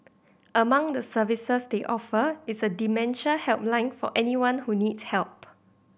among the services they offer is a dementia helpline for anyone who needs help